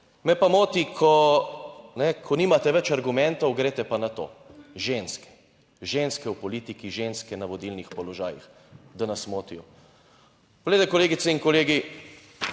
Me pa moti, ko, ko nimate več argumentov, greste pa na to, ženske, ženske v politiki, ženske na vodilnih položajih, da nas motijo. Poglejte, kolegice in kolegi,